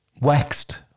Waxed